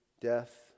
death